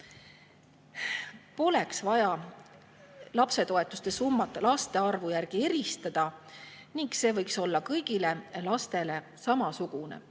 poleks vaja lapsetoetuste summat laste arvu järgi eristada, see võiks olla kõigile lastele samasugune.